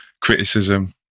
Criticism